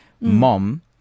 Mom